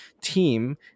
team